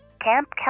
Camp